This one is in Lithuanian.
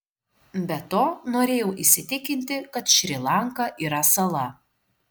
be to norėjau įsitikinti kad šri lanka yra sala